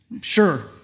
sure